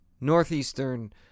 Northeastern